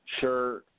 Sure